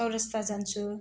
चौरस्ता जान्छु